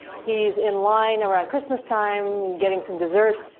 he's in line around christmas time getting some dessert.